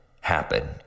happen